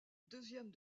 deuxième